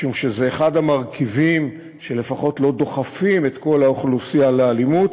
משום שזה אחד המרכיבים שלפחות לא דוחפים את כל האוכלוסייה לאלימות,